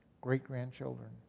great-grandchildren